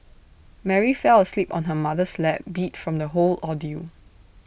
Mary fell asleep on her mother's lap beat from the whole ordeal